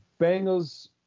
Bengals